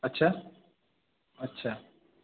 আচ্ছা আচ্ছা